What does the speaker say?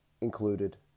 Included